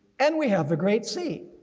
and we have the great sea.